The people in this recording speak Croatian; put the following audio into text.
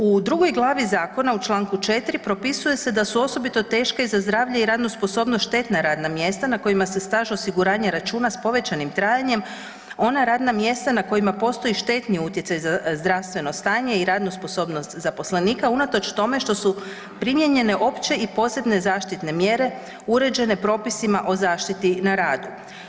U drugoj glavi Zakona, u članku 4. propisuje se da su osobito teške za zdravlje i za radnu sposobnost štetna radna mjesta na kojima se staž osiguranja računa sa povećanim trajanjem ona radna mjesta na kojima postoje štetni utjecaji za zdravstveno stanje i radnu sposobnost zaposlenika unatoč tome što su primijenjene opće i posebne zaštitne mjere uređene propisima o zaštiti na radu.